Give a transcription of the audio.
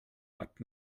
but